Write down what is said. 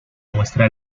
muestra